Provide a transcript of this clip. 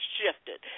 shifted